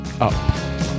up